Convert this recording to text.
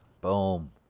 Boom